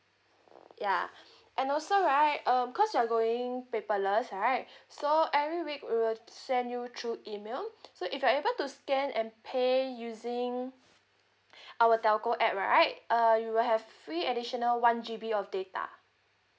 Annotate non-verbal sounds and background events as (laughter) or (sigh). yeah and also right um cause we're going paperless right so every week we will send you through email so if you are able to scan and pay using (breath) our telco app right uh you will have free additional one G_B of data